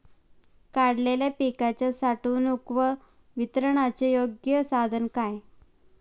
काढलेल्या पिकाच्या साठवणूक व वितरणाचे योग्य साधन काय?